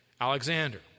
Alexander